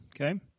okay